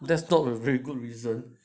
that's not a very good reason